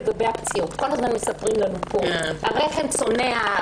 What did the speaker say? לגבי הפציעות כל הזמן מספרים לנו שהרחם צונח,